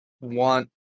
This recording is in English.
want